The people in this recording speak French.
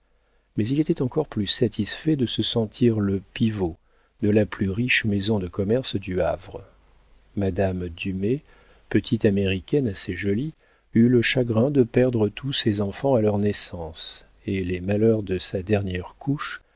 mais il était encore plus satisfait de se sentir le pivot de la plus riche maison de commerce du havre madame dumay petite américaine assez jolie eut le chagrin de perdre tous ses enfants à leur naissance et les malheurs de sa dernière couche